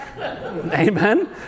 Amen